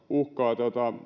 uhkaa